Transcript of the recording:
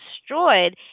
destroyed